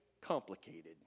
complicated